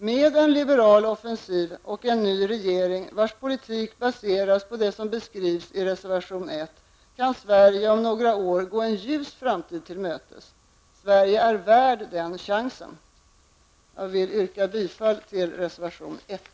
Med en liberal offensiv och en ny regering vars politik baseras på den som beskrivs i reservation 1 kan Sverige om några år gå en ljus framtid till mötes. Sverige är värt den chansen! Jag yrkar bifall till reservation 1.